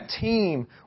team